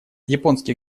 японский